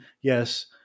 yes